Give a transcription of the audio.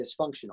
dysfunctional